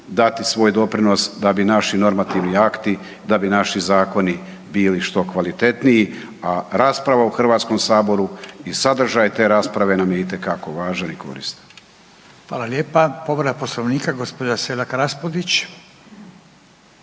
Hvala lijepa. Povreda Poslovnika, gđa. Selak Raspudić.